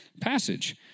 passage